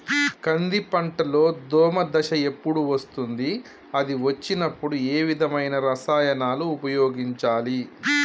కంది పంటలో దోమ దశ ఎప్పుడు వస్తుంది అది వచ్చినప్పుడు ఏ విధమైన రసాయనాలు ఉపయోగించాలి?